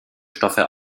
stoffe